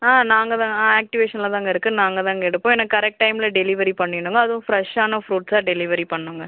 ஆ நாங்கள் வ ஆ ஆக்ட்டிவேஷனில் தாங்க இருக்குது நாங்கள் தாங்க எடுப்போம் எனக்கு கரெக்ட் டைமில் டெலிவெரி பண்ணிடனுங்க அதுவும் ஃப்ரெஷ்ஷான ஃப்ரூட்ஸா டெலிவெரி பண்ணுங்கள்